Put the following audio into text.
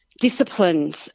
disciplined